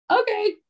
okay